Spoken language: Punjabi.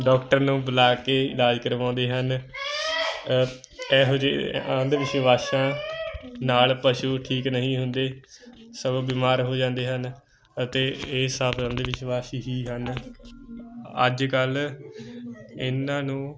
ਡਾਕਟਰ ਨੂੰ ਬੁਲਾ ਕੇ ਇਲਾਜ ਕਰਵਾਉਂਦੇ ਹਨ ਇਹੋ ਜਿਹੀ ਉਹਦੇ ਵਿਸ਼ਵਾਸ਼ਾ ਨਾਲ ਪਸ਼ੂ ਠੀਕ ਨਹੀਂ ਹੁੰਦੇ ਸਗੋਂ ਬਿਮਾਰ ਹੋ ਜਾਂਦੇ ਹਨ ਅਤੇ ਇਹ ਸਭ ਦੇ ਵਿਸ਼ਵਾਸ ਹੀ ਹਨ ਅੱਜ ਕੱਲ ਇਹਨਾਂ ਨੂੰ